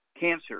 cancer